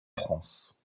france